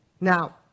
Now